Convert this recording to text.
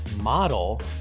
model